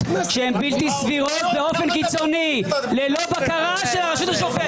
שהם בלתי סבירות באופן קיצוני ללא בקרה של הרשות השופטת.